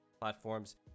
platforms